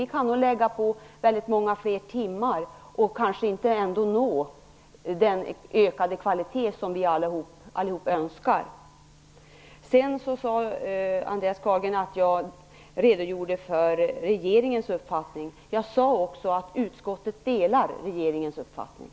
Vi kan lägga på många fler timmar och kanske ändå inte nå den ökade kvalitet som vi allihop önskar. Andreas Carlgren sade att jag redogjorde för regeringens uppfattning. Jag sade också att utskottet delar den uppfattningen.